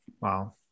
Wow